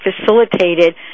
facilitated